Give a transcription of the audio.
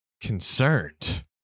concerned